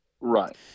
Right